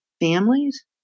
families